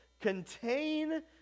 contain